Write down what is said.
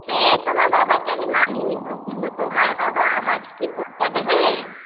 সে তোমার বাবাকে আমি মানিয়ে নেবো কিন্তু তোমার বাবা আমাকে কি পরতে দেবে